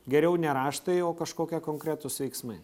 geriau ne raštai o kažkokie konkretūs veiksmai